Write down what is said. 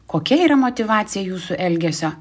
kokia yra motyvacija jūsų elgesio